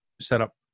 setup